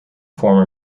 former